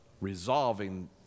resolving